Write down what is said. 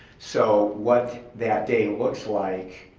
so, what that day looks like